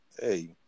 hey